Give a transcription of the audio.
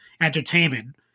entertainment